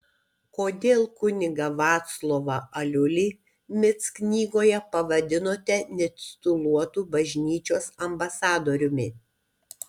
kodėl kunigą vaclovą aliulį mic knygoje pavadinote netituluotu bažnyčios ambasadoriumi